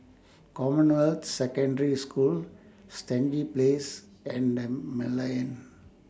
Commonwealth Secondary School Stangee Place and The Merlion